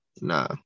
Nah